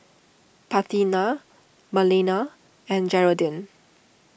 Parthenia Marlena and Jeraldine